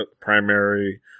primary